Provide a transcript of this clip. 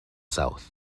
south